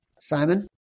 Simon